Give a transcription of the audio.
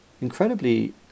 incredibly